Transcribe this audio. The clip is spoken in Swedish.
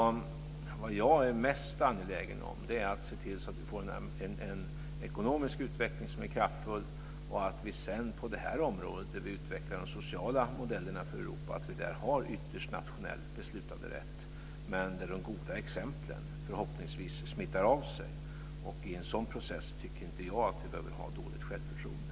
Jag är mest angelägen om att se till att vi får en ekonomisk utveckling som är kraftfull och att vi sedan på det område där vi utvecklar sociala modeller för Europa ytterst har nationell beslutanderätt, men där de goda exemplen förhoppningsvis smittar av sig. I en sådan process tycker inte jag att vi behöver ha dåligt självförtroende.